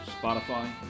Spotify